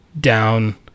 down